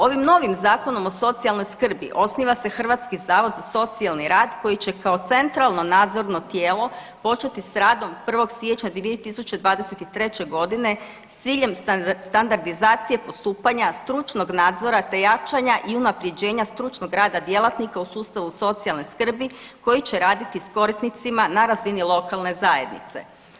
Ovim novim Zakonom o socijalnoj skrbi osniva se Hrvatski zavod za socijalni rad koji će kao centralo nadzorno tijelo početi s radom 1. siječnja 2023. godine s ciljem standardizacije postupanja, stručnog nadzora te jačanja i unapređenja stručnog rada djelatnika u sustavu socijalne skrbi koji će raditi s korisnicima na razini lokalne zajednice.